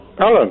Alan